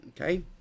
Okay